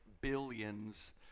billions